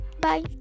bye